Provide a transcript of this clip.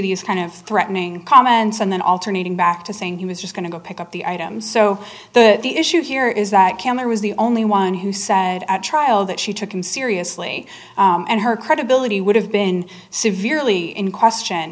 these kind of threatening comments and then alternating back to saying he was just going to go pick up the item so that the issue here is that camera was the only one who said at trial that she took him seriously and her credibility would have been severely in question